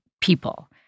people